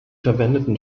verwendeten